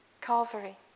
Calvary